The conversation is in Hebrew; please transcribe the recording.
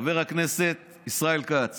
חבר הכנסת ישראל כץ